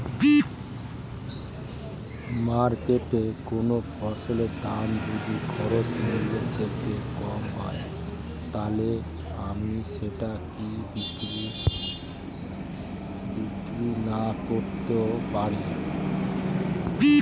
মার্কেটৈ কোন ফসলের দাম যদি খরচ মূল্য থেকে কম হয় তাহলে আমি সেটা কি বিক্রি নাকরতেও পারি?